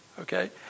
Okay